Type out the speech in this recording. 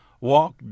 walk